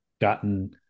gotten